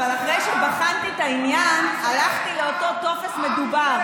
אבל אחרי שבחנתי את העניין הלכתי לאותו טופס מדובר,